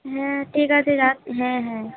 হ্যাঁ ঠিক আছে হ্যাঁ হ্যাঁ